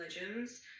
religions